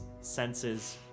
senses